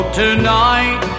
tonight